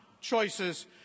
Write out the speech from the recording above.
choices